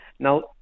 Now